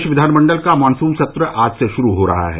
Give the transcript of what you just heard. प्रदेश विधानमंडल का मानसून सत्र आज से शुरू हो रहा है